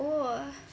oh